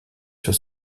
sur